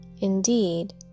Indeed